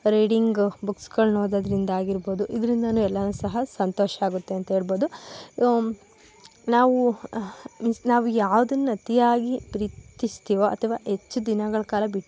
reading ಬುಕ್ಸ್ಗಳನ್ನ ಓದೋದ್ರಿಂದ ಆಗಿರ್ಬೋದು ಇದರಿಂದಲೂ ಎಲ್ಲನು ಸಹ ಸಂತೋಷ ಆಗುತ್ತೆ ಅಂತ ಹೇಳ್ಬೋದು ನಾವು ಮೀನ್ಸ್ ನಾವು ಯಾವ್ದನ್ನ ಅತಿಯಾಗಿ ಪ್ರೀತಿಸ್ತೀವೋ ಅಥವಾ ಹೆಚ್ಚು ದಿನಗಳ ಕಾಲ ಬಿಟ್ಟು